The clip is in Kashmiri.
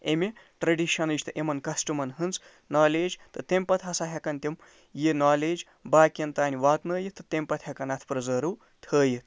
اَمہِ ٹرٛیٚڈِشَنٕچ تہٕ یِمَن کَسٹٕمَن ہٕنٛز نالیج تہٕ تَمہِ پتہٕ ہسا ہٮ۪کَن تِم یہِ نالیج باقِیَن تانۍ واتنٲوِتھ تہٕ تَمہِ پتہٕ ہٮ۪کَن اَتھ پرٛٲرٕو تھٲوِتھ